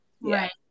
right